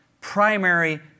primary